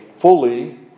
fully